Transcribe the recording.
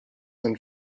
and